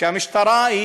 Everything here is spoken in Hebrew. שהמשטרה,